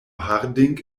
harding